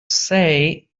say